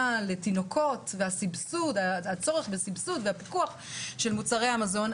לתינוקות והצורך בסבסוד ובפיקוח של מוצרי המזון,